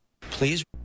please